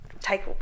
take